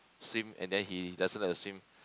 swim and then he doesn't like to swim